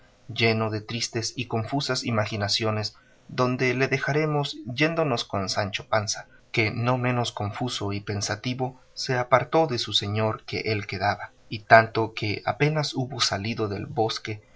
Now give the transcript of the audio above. lleno de tristes y confusas imaginaciones donde le dejaremos yéndonos con sancho panza que no menos confuso y pensativo se apartó de su señor que él quedaba y tanto que apenas hubo salido del bosque